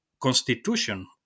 constitution